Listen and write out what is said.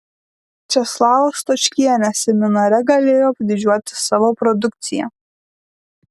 česlava stočkienė seminare galėjo didžiuotis savo produkcija